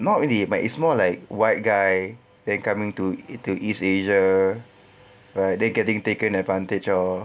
not only but it's more like white guy then coming to to east asia where they're getting taken advantage of